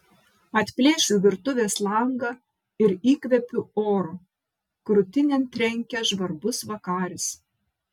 atplėšiu virtuvės langą ir įkvepiu oro krūtinėn trenkia žvarbus vakaris